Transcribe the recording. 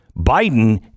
Biden